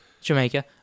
Jamaica